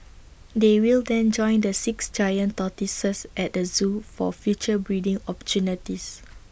they will then join the six giant tortoises at the Zoo for future breeding opportunities